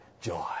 joy